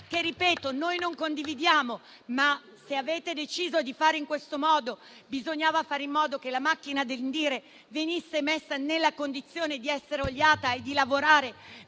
che noi non condividiamo la vostra scelta, ma, se avete deciso di fare in questo modo, bisognava fare in modo che la macchina dell'INDIRE venisse messa nella condizione di essere oliata e di lavorare